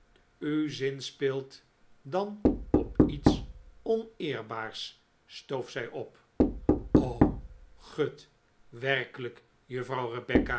u zinspeelt dan op iets oneerbaars stoof zij op gut werkelijk juffrouw